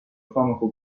stomaco